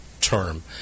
term